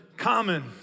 common